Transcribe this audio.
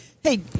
Hey